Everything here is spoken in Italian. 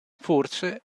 forse